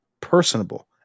personable